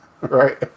right